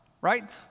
right